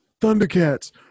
Thundercats